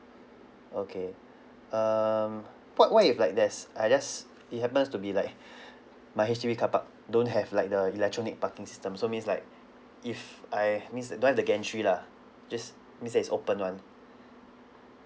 okay um what what if like there's I just it happens to be like my H_D_B car park don't have like the electronic parking system so means like if I means that don't have to get entry lah just means there's open [one]